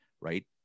Right